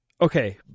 okay